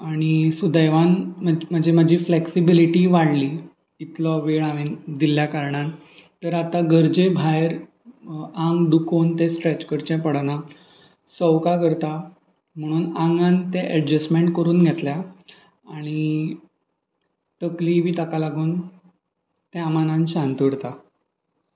आनी सुदैवान म्हजी म्हजी फ्लॅक्सिबिलिटी वाडली इतलो वेळ हांवें दिल्ल्या कारणान तर आतां गरजे भायर आंग दुखोवन तें स्ट्रेच करचें पडना सवकास करता म्हणून आंगान तें एडजस्टमेंट करून घेतल्या आनी तकली बी ताका लागून त्या मानान शांत उरता